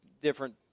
different